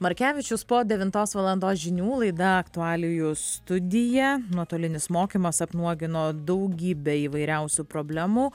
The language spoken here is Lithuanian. markevičius po devintos valandos žinių laida aktualijų studija nuotolinis mokymas apnuogino daugybę įvairiausių problemų